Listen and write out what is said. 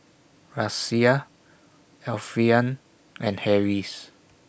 Raisya Alfian and Harris